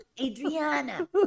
Adriana